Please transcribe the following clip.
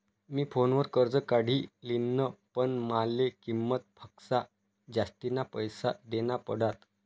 मी फोनवर कर्ज काढी लिन्ह, पण माले किंमत पक्सा जास्तीना पैसा देना पडात